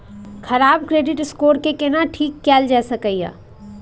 खराब credit score के केना ठीक कैल जा सकै ये?